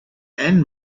and